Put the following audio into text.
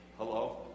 Hello